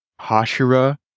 Hashira